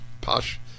posh